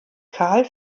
karl